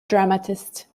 dramatist